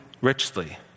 richly